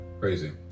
Crazy